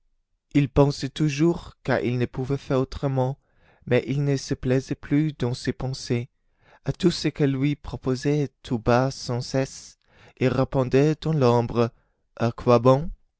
il pensait toujours car il ne pouvait faire autrement mais il ne se plaisait plus dans ses pensées à tout ce qu'elles lui proposaient tout bas sans cesse il répondait dans l'ombre à quoi bon